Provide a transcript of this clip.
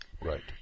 Right